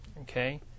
Okay